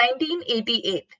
1988